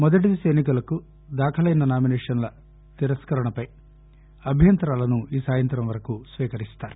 మొదటి దశ ఎన్నికలకు దాఖలైన నామినేషన్ల తిరస్కరణపై అభ్యంతరాలను ఈ సాయంత్రం వరకు స్వీకరిస్తారు